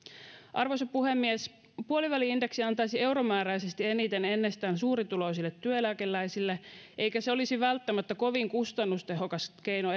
arvoisa puhemies puoliväli indeksi antaisi euromääräisesti eniten ennestään suurituloisille työeläkeläisille eikä se olisi välttämättä kovin kustannustehokas keino